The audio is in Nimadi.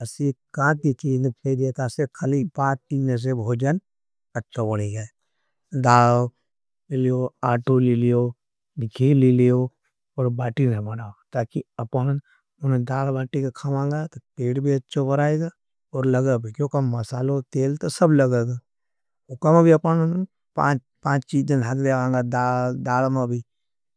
असी काती चीजन फेड़िये तासे खली पात इनने से भोजन अच्छो बड़ी गये। दाल लिलियो, आटो लिलियो, निखेल लिलियो और बाती नहीं मनाओ। ताकि अपनें दाल बाती का खामांगा तो पेड़ भी अच्छो बढ़ाईगा और लगाईगा क्योंका मसालो, तेल तो सब लगाईगा। उखा मा भी अपनें पाँच चीज़न हाँगा दाल मा भी